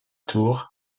tour